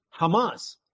Hamas